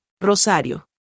Rosario